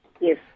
Yes